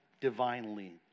divinely